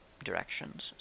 directions